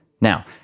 Now